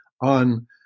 on